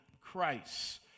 Christ